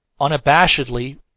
unabashedly